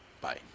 Bye